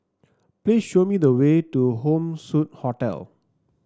please show me the way to Home Suite Hotel